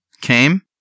came